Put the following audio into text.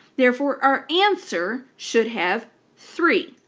therefore, our answer should have three.